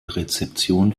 rezeption